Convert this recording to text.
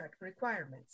requirements